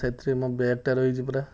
ସେଥିରେ ମୋ ବ୍ୟାଗ୍ଟା ରହିଛି ପରା